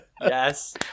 Yes